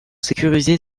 sécuriser